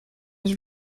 his